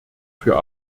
für